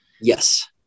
Yes